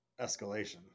escalation